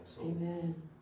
Amen